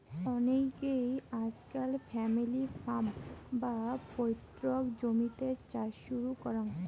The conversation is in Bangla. অনেইকে আজকাল ফ্যামিলি ফার্ম, বা পৈতৃক জমিতে চাষ শুরু করাং